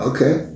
Okay